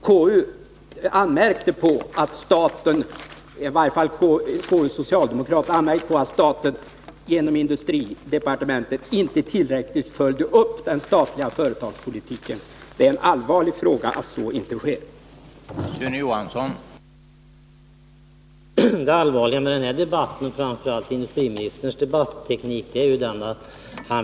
KU, i varje fall dess socialdemokratiska ledamöter, anmärkte i sitt senaste granskningsbetänkande på att staten genom industridepartementet inte tillräckligt följde upp den statliga företagspolitiken. Det är en allvarlig anmärkning mot industriministern att så inte sker.